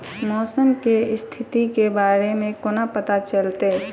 मौसम केँ स्थिति केँ बारे मे कोना पत्ता चलितै?